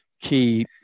key